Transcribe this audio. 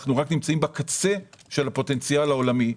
אנחנו נמצאים רק בקצה של הפוטנציאל העולמי.